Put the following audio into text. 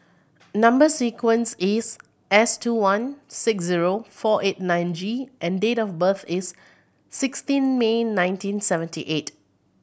number sequence is S two one six zero four eight nine G and date of birth is sixteen May nineteen seventy eight